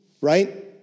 right